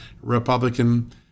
Republican